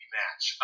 match